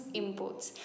imports